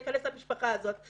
להיכנס למשפחה הזאת.